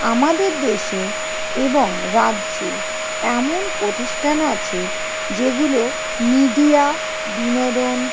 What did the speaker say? আমাদের দেশে এবং রাজ্যে এমন প্রতিষ্ঠান আছে যেগুলো মিডিয়া বিনোদন